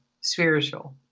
spiritual